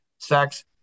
sex